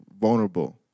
vulnerable